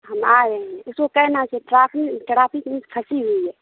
ہم آ رہے ہیں اس کو کہنا کہ ٹرافک میں پھسی ہوئی ہے